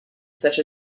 such